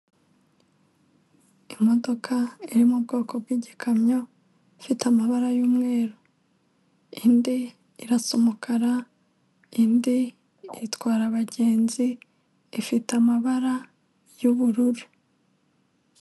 Imodoka iri mu bwoko bw'igikamyo ifite amabara y'umweru, indi irasa umukara, indi itwara abagenzi ifite amabara y'ubururu.